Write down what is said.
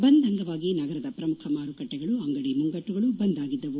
ಬಂದ್ ಅಂಗವಾಗಿ ನಗರದ ಪ್ರಮುಖ ಮಾರುಕಟ್ಟೆಗಳು ಅಂಗಡಿ ಮುಂಗಟ್ಟುಗಳು ಬಂದ್ ಆಗಿದ್ದವು